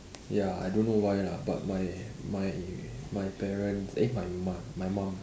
ya I don't know why lah but my my my parents eh my mum my mum